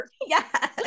Yes